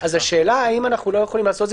אז השאלה אם אנחנו לא יכולים לעשות את זה